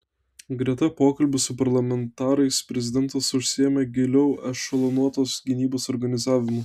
greta pokalbių su parlamentarais prezidentas užsiėmė giliau ešelonuotos gynybos organizavimu